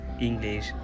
English